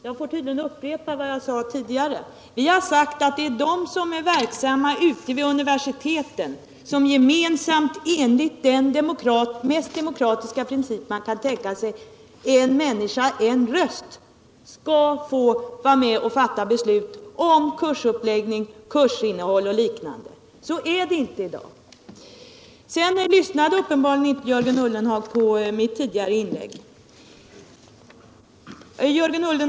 Jag får tydligen upprepa vad jag sade tidigare, nämligen att det är de som är verksamma ute vid universiteten som gemensamt — enligt den mest demokratiska princip man kan tänka sig: en människa, en röst — skall få vara med och fatta beslut om kursuppläggning, kursinnehåll och liknande. Så är det inte i dag. Uppenbarligen lyssnade inte Jörgen Ullenhag på mitt tidigare inlägg.